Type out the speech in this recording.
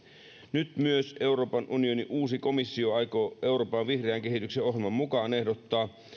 nyt myös euroopan unionin uusi komissio aikoo euroopan vihreän kehityksen ohjelman mukaan ehdottaa